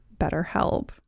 BetterHelp